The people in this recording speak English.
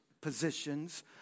positions